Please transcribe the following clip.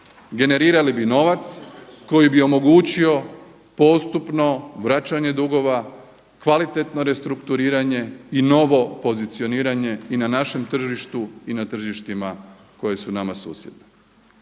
generirali bi novac koji bi omogućio postupno vraćanje dugova, kvalitetno restrukturiranje i novo pozicioniranje i na našem tržištu i na tržištima koja su nama susjedna.